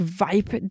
vibe